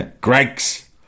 Greg's